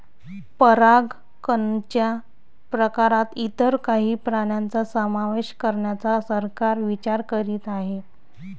परागकणच्या प्रकारात इतर काही प्राण्यांचा समावेश करण्याचा सरकार विचार करीत आहे